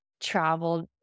traveled